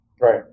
Right